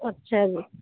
ਅੱਛਾ ਜੀ